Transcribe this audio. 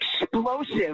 explosive